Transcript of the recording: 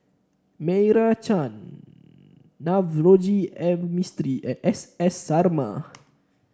Meira Chand Navroji M Mistri and S S Sarma